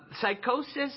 psychosis